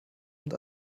und